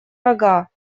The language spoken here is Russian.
рога